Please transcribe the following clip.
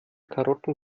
karotten